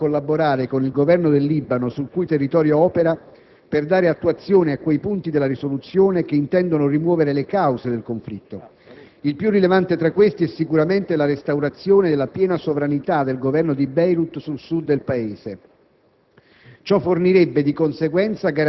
Ora la missione UNIFIL è chiamata a collaborare con il Governo del Libano, sul cui territorio opera, per dare attuazione a quei punti della risoluzione 1701 che intendono rimuovere le cause del conflitto. Il più rilevante tra questi è sicuramente la restaurazione della piena sovranità del Governo di Beirut sul sud del Paese;